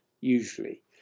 usually